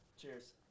Cheers